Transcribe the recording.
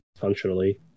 functionally